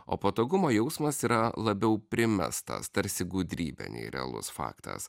o patogumo jausmas yra labiau primestas tarsi gudrybė nei realus faktas